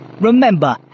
Remember